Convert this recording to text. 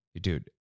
Dude